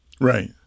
right